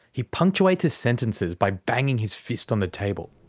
he punctuates his sentences by banging his fist on the table.